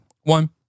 One